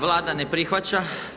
Vlada ne prihvaća.